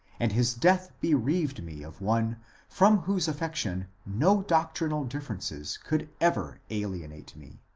and his death bereaved me of one from whose affection no doctrinal differences could ever alienate me.